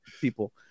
people